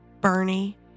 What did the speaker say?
Bernie